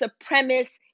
supremacist